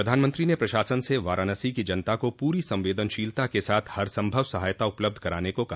प्रधानमंत्री ने प्रशासन से वाराणसी की जनता को पूरी संवेदनशीलता के साथ हरसंभव सहायता उपलब्ध कराने को कहा